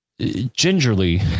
gingerly